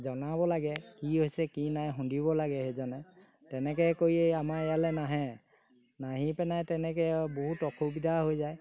জনাব লাগে কি হৈছে কি নাই সুধিব লাগে সেইজনে তেনেকৈ কৰি আমাৰ ইয়ালৈ নাহে নাহি পেনাই তেনেকৈ আৰু বহুত অসুবিধা হৈ যায়